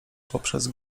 poprzez